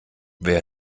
wer